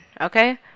Okay